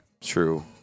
True